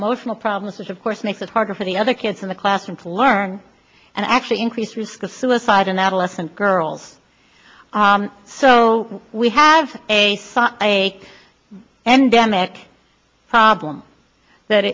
emotional problems which of course makes it harder for the other kids in the classroom to learn and actually increased risk of suicide and adolescent girls so we have a a endemic problem that